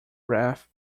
breath